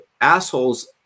assholes